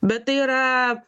bet tai yra